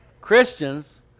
Christians